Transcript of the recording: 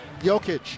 Jokic